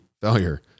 failure